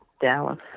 Dallas